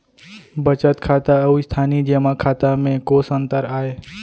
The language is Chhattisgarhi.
बचत खाता अऊ स्थानीय जेमा खाता में कोस अंतर आय?